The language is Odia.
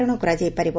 ରଣ କରାଯାଇ ପାରିବ